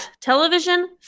television